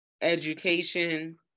education